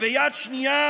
וביד שנייה